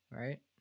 right